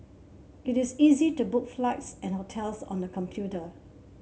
it is easy to book flights and hotels on the computer